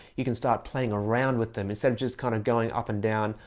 you can start playing around with them instead of just kind of going up and down,